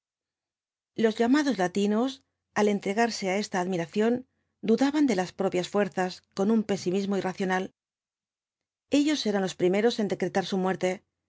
los llamados latinos al entregarse á esta admiración dudaban de las propias fuerzas con un pesimismo irracional ellos eran los primeros en decretar su muerte